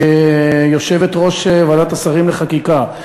כיושבת-ראש ועדת השרים לחקיקה,